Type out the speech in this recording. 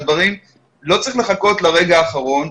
לא צריך לחכות לרגע האחרון.